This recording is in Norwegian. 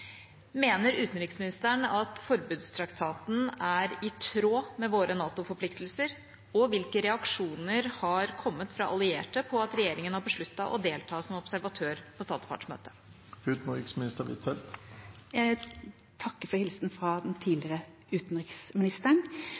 Mener utenriksministeren forbudstraktaten er i tråd med våre NATO-forpliktelser, og hvilke reaksjoner har kommet fra allierte på at regjeringen har besluttet å delta som observatør på statspartsmøtet?» Jeg takker for hilsenen fra den tidligere utenriksministeren.